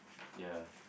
ya